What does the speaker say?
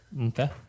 Okay